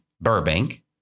Burbank